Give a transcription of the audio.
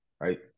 right